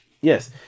Yes